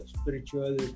spiritual